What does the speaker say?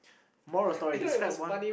moral of story describe one